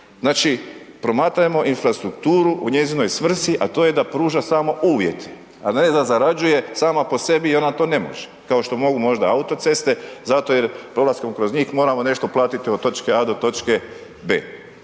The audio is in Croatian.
Znači, promatramo infrastrukturu u njezinoj svrsi, a to je da pruža samo uvjet, a ne da zarađuje sama po sebi, jer ona to ne može, kao što mogu možda autoceste, zato jer prolaskom kroz njih, moramo nešto platiti od točke A do točke B.